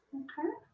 okay.